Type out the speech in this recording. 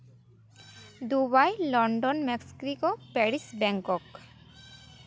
Dubai London Mexico Paris Bangkok